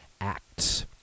acts